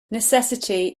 necessity